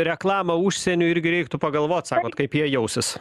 reklamą užsieniui irgi reiktų pagalvot sakot kaip jie jausis